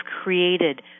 created